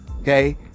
Okay